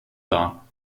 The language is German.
dar